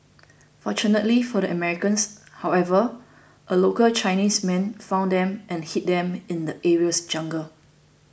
fortunately for the Americans however a local Chinese man found them and hid them in the area's jungle